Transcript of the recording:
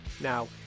Now